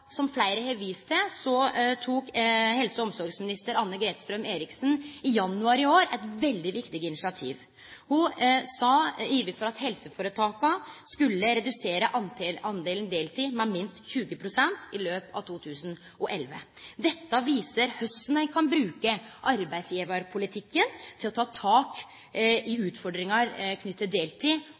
som fleire har vist til – tok helse- og omsorgsminister Anne-Grete Strøm-Erichsen i januar i år eit veldig viktig initiativ for at helseforetaka skulle redusere delen deltid med minst 20 pst. i løpet av 2011. Dette viser korleis ein kan bruke arbeidsgjevarpolitikken til å ta tak i utfordringar knytte til deltid